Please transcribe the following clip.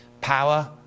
power